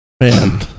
man